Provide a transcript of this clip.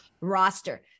roster